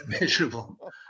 Miserable